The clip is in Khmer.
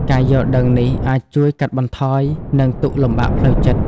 ការយល់ដឹងនេះអាចជួយកាត់បន្ថយនឹងទុក្ខលំបាកផ្លូវចិត្ត។